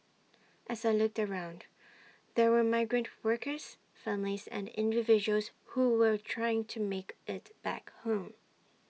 as I looked around there were migrant workers families and individuals who were trying to make IT back home